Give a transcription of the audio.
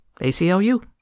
ACLU